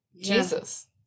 Jesus